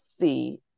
see